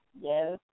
yes